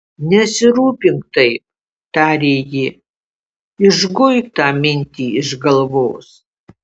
nesirūpink taip tarė ji išguik tą mintį iš galvos